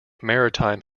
maritime